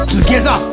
Together